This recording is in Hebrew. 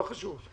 לא חשוב.